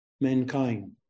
mankind